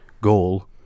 goal